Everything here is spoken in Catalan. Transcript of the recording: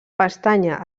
pestanya